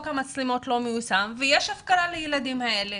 המצלמות לא מיושם ומפקירים את הילדים האלה